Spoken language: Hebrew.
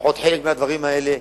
לפחות חלק מהדברים האלה,